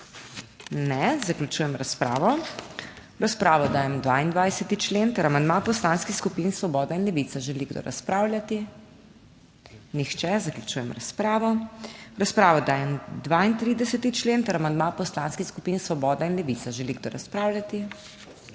Nihče. Zaključujem razpravo. V razpravo dajem 38. člen ter amandma poslanskih skupin Svoboda in Levica. Želi kdo razpravljati? Nihče. Zaključujem razpravo. V razpravo dajem 40. člen ter amandma poslanskih skupin Svobodna in Levica. Želi kdo razpravljati?